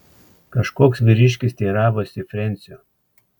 kažkoks vyriškis teiravosi frensio